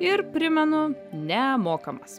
ir primenu nemokamas